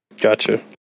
Gotcha